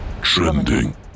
Trending